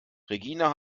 regina